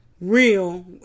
real